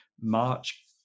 March